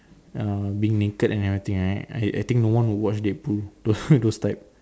um being naked and everything right I I think no one would watch Deadpool those those type